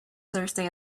thursday